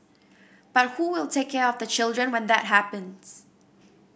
but who will take care of the children when that happens